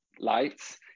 lights